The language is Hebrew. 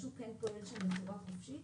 השוק כן פועל שם בצורה חופשית.